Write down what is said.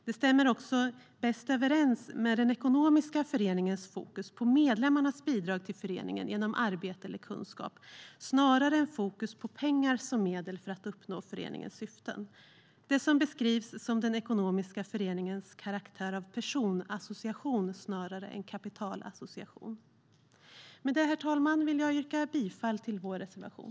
Det stämmer också bäst överens med att den ekonomiska föreningen har fokus på medlemmarnas bidrag till föreningen genom arbete eller kunskap snarare än på pengar som ett medel för att uppnå föreningens syften. Det är detta som beskrivs som den ekonomiska föreningens karaktär av personassociation snarare än kapitalassociation. Herr talman! Jag yrkar bifall till vår reservation.